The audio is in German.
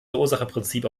verursacherprinzip